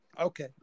Okay